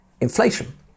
inflation